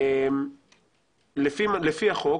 לפי החוק